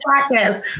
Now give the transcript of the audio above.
podcast